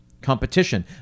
Competition